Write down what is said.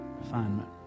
Refinement